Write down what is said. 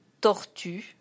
tortue